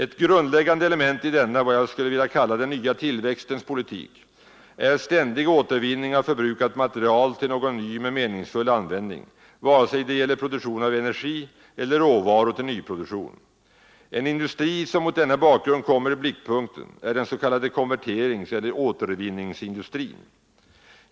Ett grundläggande element i denna, vad jag skulle vilja kalla den nya tillväxtens politik är ständig återvinning av förbrukat material till någon ny men meningsfull användning, antingen det gäller produktion av energi eller råvaror till nyproduktion. En industri som mot denna bakgrund kommer i blickpunkten är den s.k. konverteringseller återvinningsindustrin.